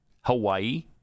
Hawaii